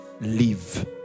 Live